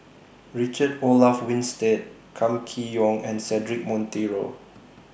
Richard Olaf Winstedt Kam Kee Yong and Cedric Monteiro